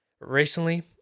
Recently